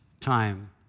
time